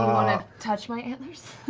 um wanna touch my antlers?